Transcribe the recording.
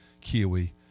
Kiwi